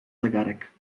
zegarek